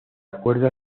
acuerdo